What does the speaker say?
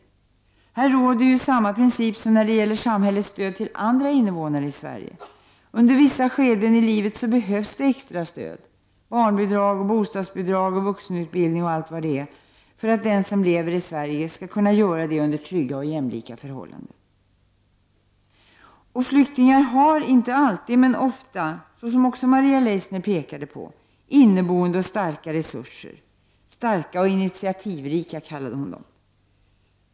I detta sammanhang gäller samma principer som i fråga om samhällets stöd till andra invånare i Sverige. Under vissa skeden i livet behövs det extra stöd — barnbidrag, bostadsbidrag, vuxenutbildning, m.m. — för att den som lever i Sverige skall kunna göra det under trygga och jämlika förhållanden. Flyktingar har inte alltid, men ofta, inneboende och starka resurser, vilket Maria Leissner pekade på. Hon kallade dem starka och initiativrika.